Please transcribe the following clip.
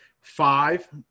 five